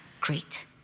great